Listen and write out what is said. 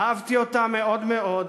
אהבתי אותה מאוד מאוד,